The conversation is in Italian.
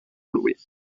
lui